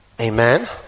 Amen